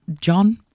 John